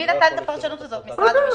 מי נתן את הפרשנות הזאת, משרד המשפטים?